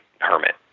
hermit